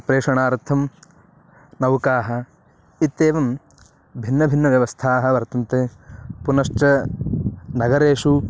प्रेषणार्थं नौकाः इत्येवं भिन्नभिन्नव्यवस्थाः वर्तन्ते पुनश्च नगरेषु